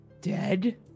dead